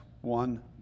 one